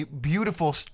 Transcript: beautiful